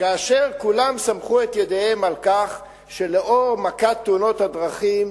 כאשר כולם סמכו את ידיהם על כך שלאור מכת תאונות הדרכים